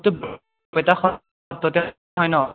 হয় ন